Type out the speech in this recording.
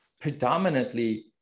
predominantly